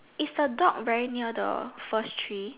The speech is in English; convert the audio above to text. is the dog very near the first tree